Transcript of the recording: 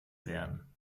werden